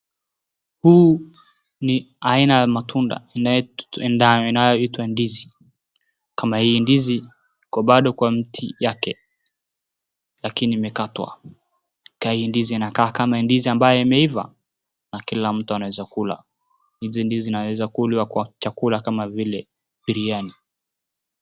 Huu ni aina ya matunda inayoitwa ndizi ni kama hii nizii bado iko kwa mti yake lakini imekatwa. Hii ndizi inakaa kama ndizi ambayo imeiva na kila mtu anaeza kula. Hii ndizi inaeza kulwa kwa chakula kama vile biriani.